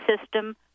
system